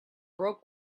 broke